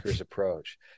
approach